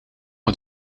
het